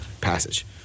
passage